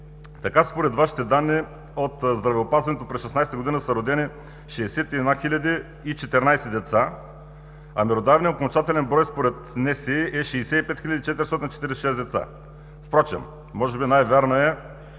Според Вашите данни от здравеопазването през 2016 г. са родени 61 014 деца, а меродавният окончателен брой според НСИ е 65 446 деца. Впрочем, може би най-вярна е